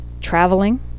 traveling